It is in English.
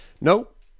Nope